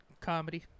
comedy